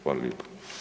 Hvala lijepo.